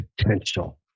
potential